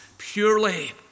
purely